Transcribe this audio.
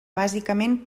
bàsicament